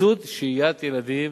סבסוד שהיית ילדים